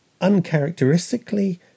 uncharacteristically